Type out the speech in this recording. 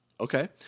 Okay